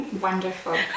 Wonderful